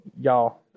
Y'all